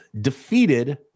defeated